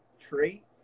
traits